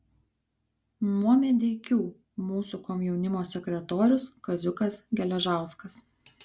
nuo medeikių mūsų komjaunimo sekretorius kaziukas geležauskas